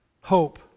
hope